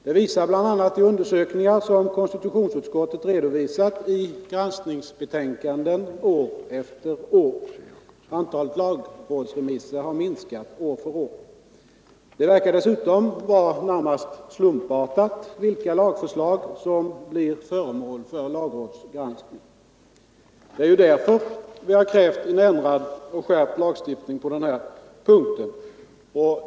Det ser vi bl.a. av de undersökningar som konstitutionsutskottet har redovisat i sina granskningsbetänkanden år efter år. Antalet lagrådsremisser har successivt minskat. Det verkar dessutom vara närmast slumpmässigt vilka lagförslag som blir föremål för en lagrådsgranskning. Det är därför vi har krävt en ändrad och skärpt lagstiftning på denna punkt.